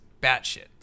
batshit